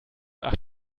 acht